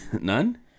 none